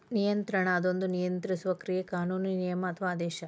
ನಿಯಂತ್ರಣ ಅದೊಂದ ನಿಯಂತ್ರಿಸುವ ಕ್ರಿಯೆ ಕಾನೂನು ನಿಯಮ ಅಥವಾ ಆದೇಶ